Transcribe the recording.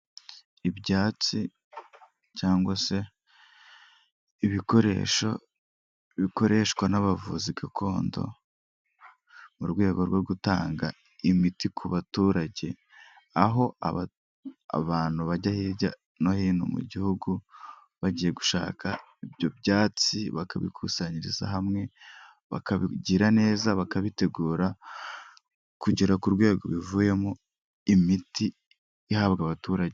Ibyatsi cyangwa se ibikoresho bikoreshwa n'abavuzi gakondo mu rwego rwo gutanga imiti ku baturage, aho abantu bajya hirya no hino mu gihugu bagiye gushaka ibyo byatsi bakabikusanyiriza hamwe, bakabigira neza, bakabitegura kugera ku rwego bivuyemo imiti ihabwa abaturage.